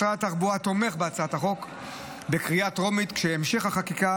משרד התחבורה תומך בהצעת החוק בקריאה טרומית כשהמשך החקיקה